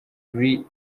lee